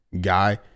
guy